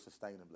sustainably